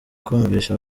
kumvisha